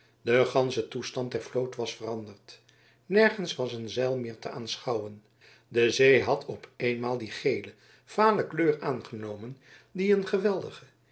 de gansche toestand der vloot was veranderd nergens was een zeil meer te aanschouwen de zee had op eenmaal die gele vale kleur aangenomen die een geweldige